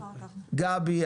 גבי,